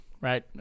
right